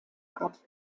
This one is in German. art